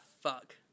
fuck